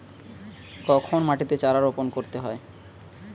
কখন মাটিতে চারা রোপণ করতে হয়?